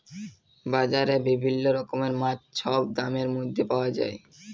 বাজারে বিভিল্ল্য রকমের মাছ ছব দামের ম্যধে পাউয়া যায়